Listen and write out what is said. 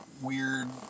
weird